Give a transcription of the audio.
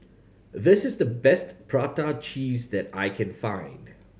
this is the best prata cheese that I can find